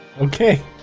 Okay